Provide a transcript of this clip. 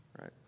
right